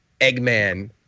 Eggman